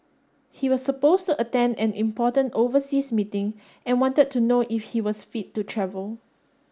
he was supposed to attend an important overseas meeting and wanted to know if he was fit to travel